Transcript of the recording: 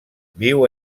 viu